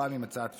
הפעם עם הצעת פשרה.